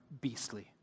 beastly